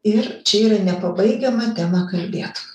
ir čia yra nepabaigiama tema kalbėt